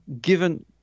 given